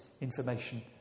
information